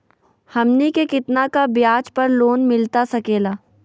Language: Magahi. हमनी के कितना का ब्याज पर लोन मिलता सकेला?